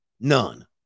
None